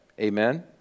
Amen